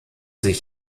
sich